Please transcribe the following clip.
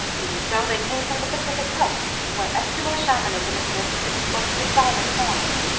even so, they came from the pacific coast, where eskimo shamanism exists in its most decided forms.